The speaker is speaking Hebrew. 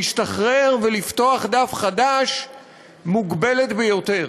להשתחרר ולפתוח דף חדש מוגבלת ביותר.